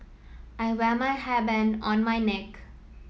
I wear my hairband on my neck